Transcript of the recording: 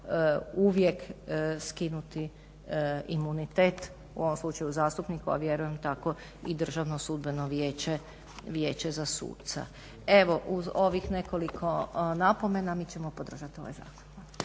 uvijek skinuti imunitet u ovom slučaju zastupniku, a vjerujem tako i Državno sudbeno vijeće za suca. Evo uz ovih nekoliko napomena mi ćemo podržat ovaj zakon.